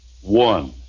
One